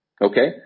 okay